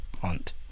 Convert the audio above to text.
Hunt